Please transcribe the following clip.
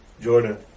Jordan